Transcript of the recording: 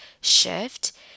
shift